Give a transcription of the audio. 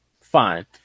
Fine